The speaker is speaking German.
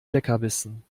leckerbissen